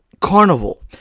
carnival